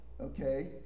okay